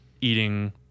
eating